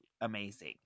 Amazing